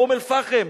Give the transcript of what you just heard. באום-אל-פחם,